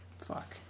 Fuck